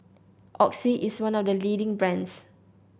Oxy is one of the leading brands